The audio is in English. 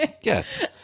yes